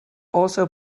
also